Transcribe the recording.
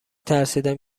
ترسیدم